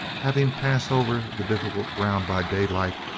having passed over the difficult ground by daylight,